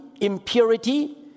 impurity